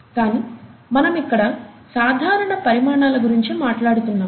కానీ మనం ఇక్కడ సాధారణ పరిమాణాల గురించి మాట్లాడుతున్నాం